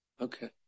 Okay